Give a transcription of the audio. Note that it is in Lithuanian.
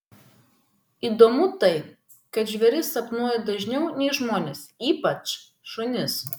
įdomu tai kad žvėris sapnuoju dažniau nei žmones ypač šunis